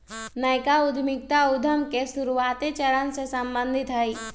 नयका उद्यमिता उद्यम के शुरुआते चरण से सम्बंधित हइ